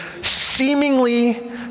seemingly